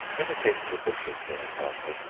in the case of a butcher's, for example,